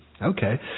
Okay